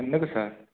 ఎందుకు సార్